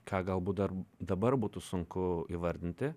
ką galbūt dar dabar būtų sunku įvardinti